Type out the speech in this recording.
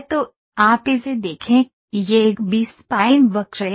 तो आप इसे देखें यह एक बी स्पाइन वक्र है